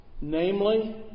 namely